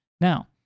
now